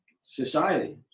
society